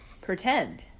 pretend